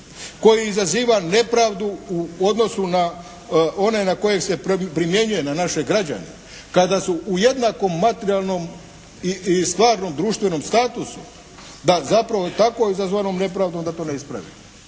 koji izaziva nepravdu u odnosu na one na koje se primjenjuje, na naše građane, kada su u jednakom materijalnom i stvarnom društvenom statusu da zapravo tako izazvanom nepravdom da to ne ispravimo.